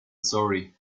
sorry